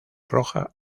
roja